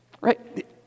Right